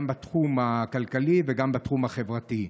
גם בתחום הכלכלי וגם בתחום החברתי.